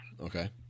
Okay